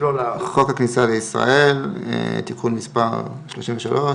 חוק הכניסה לישראל, תיקון מס' 33,